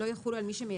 לא יחולו על מי שמייצר,